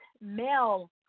male